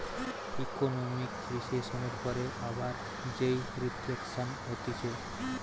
economic রিসেসনের পরে আবার যেই রিফ্লেকশান হতিছে